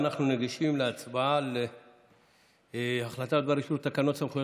אנחנו ניגשים להצבעה על הצעה בדבר אישור תקנות סמכויות